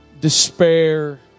despair